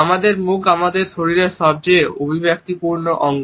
আমাদের মুখ আমাদের শরীরের সবচেয়ে অভিব্যক্তিপূর্ণ অঙ্গ